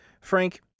Frank